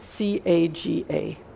C-A-G-A